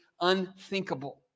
unthinkable